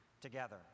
together